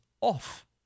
off